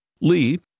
Lee